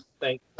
Thank